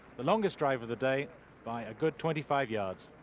the longest drive of the day by a good twenty-five yards.